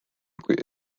kui